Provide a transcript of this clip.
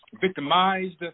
victimized